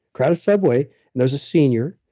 crowded subway, and there's a senior,